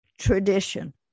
Tradition